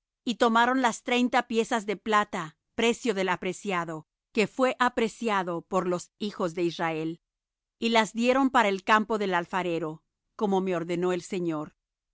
y tomaron las treinta piezas de plata precio del apreciado que fué apreciado por los hijos de israel y las dieron para el campo del alfarero como me ordenó el señor